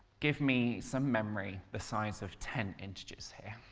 give me some memory the size of ten integers here.